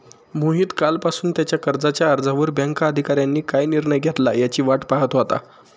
मोहित कालपासून त्याच्या कर्जाच्या अर्जावर बँक अधिकाऱ्यांनी काय निर्णय घेतला याची वाट पाहत होता